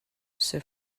sir